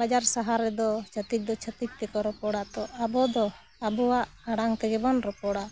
ᱵᱟᱡᱟᱨ ᱥᱟᱦᱟᱨ ᱨᱮᱫᱚ ᱪᱷᱟᱹᱛᱤᱠ ᱫᱚ ᱪᱷᱟᱹᱛᱤᱠ ᱛᱮᱠᱚ ᱨᱚᱯᱚᱲᱟ ᱛᱚ ᱟᱵᱚ ᱫᱚ ᱟᱵᱚᱣᱟᱜ ᱟᱲᱟᱝ ᱛᱮᱜᱮ ᱵᱚᱱ ᱨᱚᱯᱚᱲᱟ